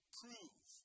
prove